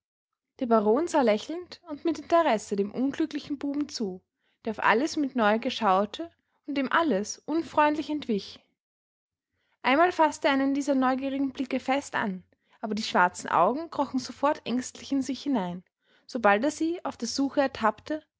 der baron sah lächelnd und mit interesse dem unglücklichen buben zu der auf alles mit neugier schaute und dem alles unfreundlich entwich einmal faßte er einen dieser neugierigen blicke fest an aber die schwarzen augen krochen sofort ängstlich in sich hinein sobald er sie auf der suche ertappte